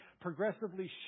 progressively